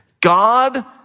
God